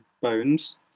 bones